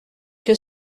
que